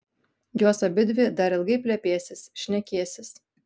jos abidvi dar ilgai plepėsis šnekėsis